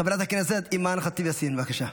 חברת הכנסת אימאן ח'טיב יאסין, בבקשה.